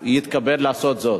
הוא יתכבד לעשות זאת.